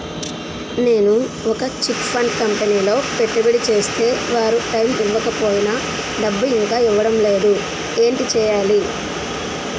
నేను ఒక chit fund కంపెనీలో పెట్టుబడి చేస్తే వారు టైమ్ ఇవ్వకపోయినా డబ్బు ఇంకా ఇవ్వడం లేదు ఏంటి చేయాలి?